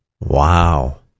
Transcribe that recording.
Wow